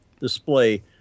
display